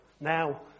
Now